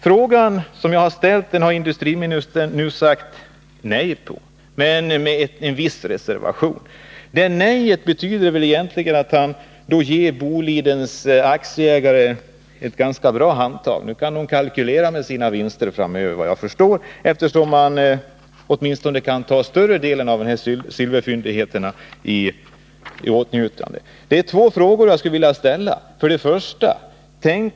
Frågan som jag har ställt har industriministern besvarat med ett nej, men med en viss reservation. Hans nej betyder att han ger Bolidens aktieägare ett handtag: Nu kan de kalkylera med sina vinster framöver. De kan ta åtminstone större delen av den här silverfyndigheten i anspråk. 1.